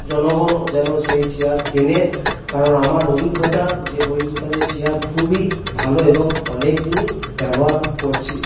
জনগণও যেন সেই চেয়ার কেনে কারণ আমার অভিজ্ঞতা যে ওই দোকানের চেয়ার খুবই ভালো এবং অনেক দিনই ব্যবহার করছি